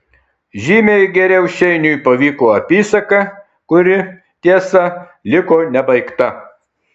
žymiai geriau šeiniui pavyko apysaka kuri tiesa liko nebaigta